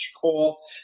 call